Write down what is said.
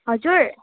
हजुर